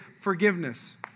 forgiveness